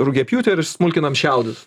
rugiapjūtė ir smulkinam šiaudus